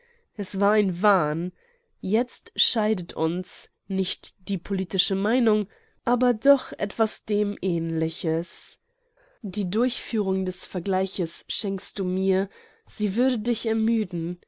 es war ein wahn jetzt scheidet uns nicht die politische meinung aber doch etwas dem aehnliches die durchführung des vergleiches schenkst du mir sie würde dich ermüden